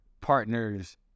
partners